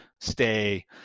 stay